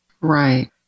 right